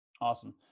awesome